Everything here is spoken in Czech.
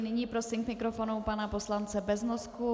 Nyní prosím k mikrofonu pana poslanec Beznosku.